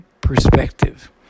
perspective